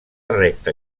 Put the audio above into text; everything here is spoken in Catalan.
recta